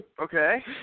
Okay